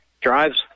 drives